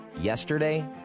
Yesterday